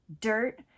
dirt